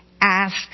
ask